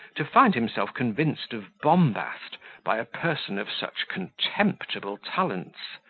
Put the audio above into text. to find himself convinced of bombast by a person of such contemptible talents.